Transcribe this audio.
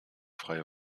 freie